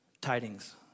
Tidings